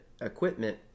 equipment